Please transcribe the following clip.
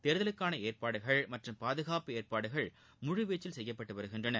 தேர்தலுக்கான ஏற்பாடுகள் மற்றம் பாதுகாப்பு ஏற்பாடுகள் முழுவீச்சில் செய்யப்பட்டு வருகின்றன